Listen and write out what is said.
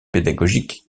pédagogique